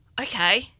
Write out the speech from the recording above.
Okay